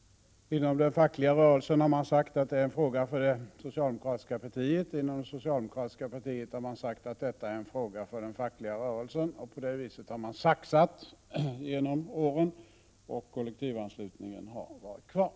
Inom den fackliga rörelsen har man sagt att detta är en fråga för det socialdemokratiska partiet. Inom det socialdemokratiska partiet har man sagt att detta är en fråga för den fackliga rörelsen. På det viset har man saxat genom åren, och kollektivanslutningen har varit kvar.